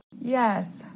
Yes